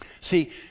See